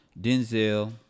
Denzel